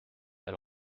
elle